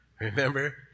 Remember